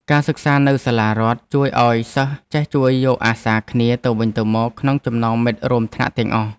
ការសិក្សានៅសាលារដ្ឋជួយឱ្យសិស្សចេះជួយយកអាសាគ្នាទៅវិញទៅមកក្នុងចំណោមមិត្តរួមថ្នាក់ទាំងអស់។